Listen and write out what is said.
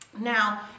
Now